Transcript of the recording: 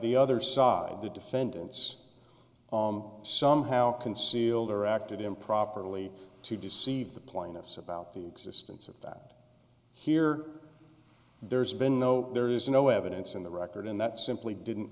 the other side of the defendant's somehow concealed or acted improperly to deceive the plaintiffs about the existence of that here there's been no there is no evidence in the record and that simply didn't